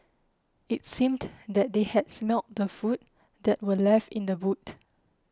it seemed that they had smelt the food that were left in the boot